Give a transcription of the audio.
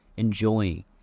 Enjoying